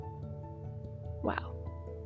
wow